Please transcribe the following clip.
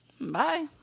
Bye